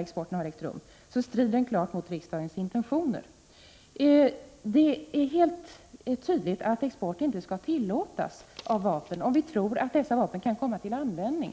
export har ägt rum strider det klart mot riksdagens intentioner. Det är alldeles tydligt att export av vapen inte skall tillåtas om vi tror att dessa — Prot. 1985/86:101 vapen kan komma till användning.